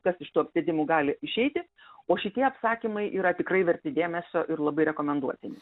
kas iš tų apsėdimų gali išeiti o šitie apsakymai yra tikrai verti dėmesio ir labai rekomenduotini